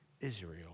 Israel